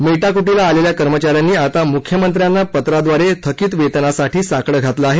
मेटाकुटीला आलेल्या कर्मचा यांनी आता मुख्यमंत्र्यांना पत्राद्वारे थकीत वेतनासाठी साकडं घातलं आहे